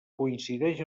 coincideix